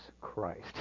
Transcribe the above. Christ